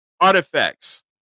artifacts